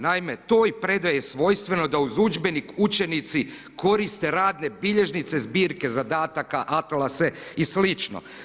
Naime, toj predaji je svojstveno da uz udžbenik učenici koriste radne bilježnice, zbirke zadataka, atlase i slično.